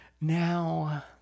now